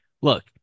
Look